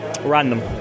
random